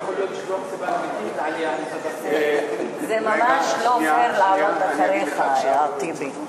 זה ממש לא פייר לעלות אחריך, יא טיבי.